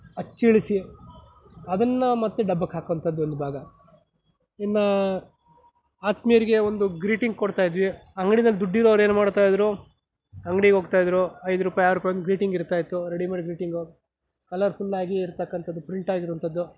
ಅಚ್ಚಿಳಿಸಿ ಅದನ್ನು ಮತ್ತೆ ಡಬ್ಬಕ್ಕೆ ಹಾಕೋವಂತದ್ದೊಂದು ಭಾಗ ಇನ್ನು ಆತ್ಮೀಯರಿಗೆ ಒಂದು ಗ್ರೀಟಿಂಗ್ ಕೊಡ್ತಾ ಇದ್ವಿ ಅಂಗಡಿನಲ್ಲಿ ದುಡ್ಡಿರೋರು ಏನ್ಮಾಡ್ತಾಯಿದ್ರು ಅಂಗಡಿಗೆ ಹೋಗ್ತಾ ಇದ್ದರು ಐದು ರೂಪಾಯಿ ಆರು ರೂಪಾಯಿಗೆ ಒಂದು ಗ್ರೀಟಿಂಗ್ ಇರ್ತಾಯಿತ್ತು ರೆಡಿಮೇಡ್ ಗ್ರೀಟಿಂಗು ಕಲರ್ಫುಲ್ಲಾಗಿ ಇರತಕ್ಕಂಥದ್ದು ಪ್ರಿಂಟಾಗಿರುವಂಥದ್ದು